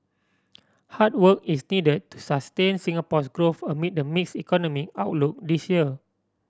hard work is need to sustain Singapore's growth amid the mix economic outlook this year